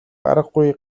аргагүй